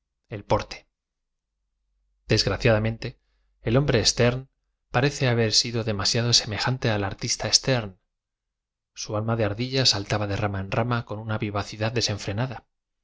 el porte desgraciadamente el hombre sterne parece haber sido demasiado semejante al artista sterne su alm a de ardilla saltaba de ram a en ram a con una v i vacidad desenfrenada